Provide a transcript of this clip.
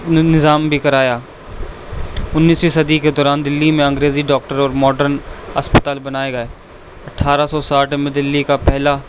نظام بھی کرایا انیسویں صدی کے دوران دلی میں انگریزی ڈاکٹر اور ماڈرن اسپتال بنائے گئے اٹھارہ سو ساٹھ میں دلی کا پہلا